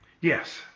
Yes